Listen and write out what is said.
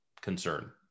concern